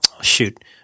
shoot